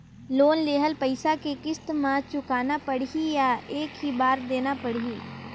Loan लेहल पइसा के किस्त म चुकाना पढ़ही या एक ही बार देना पढ़ही?